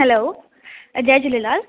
hello Jai Jhulelal